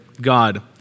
God